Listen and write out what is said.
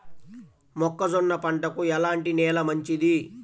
మొక్క జొన్న పంటకు ఎలాంటి నేల మంచిది?